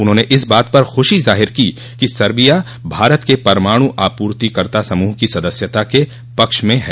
उन्होंने इस बात पर खुशी ज़ाहिर की कि सर्बिया भारत के परमाणु आपूर्तिकर्ता समूह की सदस्यता के पक्ष में है